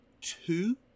two